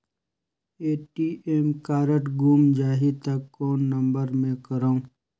ATM card गुम जाही त कौन नम्बर मे करव?